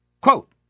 Quote